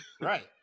Right